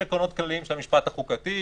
כל רשות מינהלית חייבת לשקול חלופות,